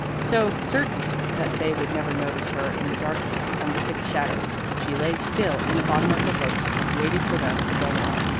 so, certain that they would never notice her in the darkness and the thick shadows, she lay still in the bottom of her boat and waited for them to go on.